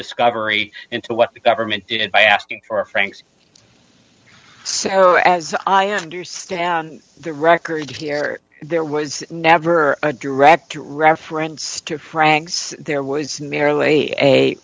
discovery into what the government did by asking for franks so as i understand the record here there was never a direct reference to franks there was merely a